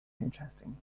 interesting